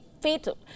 fatal